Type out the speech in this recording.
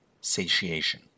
satiation